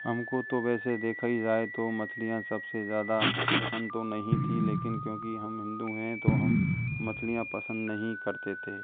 हमको तो वैसे देखा ही जाए तो मछलियाँ सबसे ज़्यादा पसंद तो नहीं थी लेकिन क्योंकि हम हिंदू हैं तो हम मछलियाँ पसंद नहीं करते थे